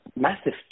massive